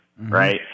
right